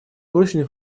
прочный